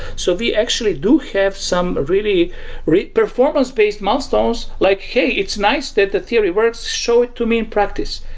so we actually do have some really really performance-based milestones, like, hey, it's nice that the theory works. show it to me in practice.